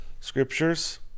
scriptures